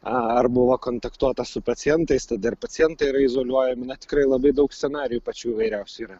ar buvo kontaktuota su pacientais tad ir pacientai yra izoliuojami na tikrai labai daug scenarijų pačių įvairiausių yra